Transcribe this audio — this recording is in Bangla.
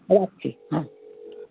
রাখছি হ্যাঁ